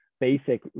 basic